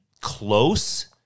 close